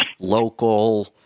Local